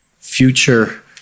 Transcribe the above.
Future